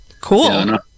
Cool